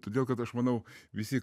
todėl kad aš manau visi